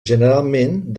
generalment